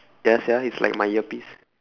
ya sia it's like my earpiece